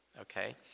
Okay